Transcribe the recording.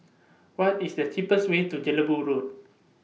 What IS The cheapest Way to Jelebu Road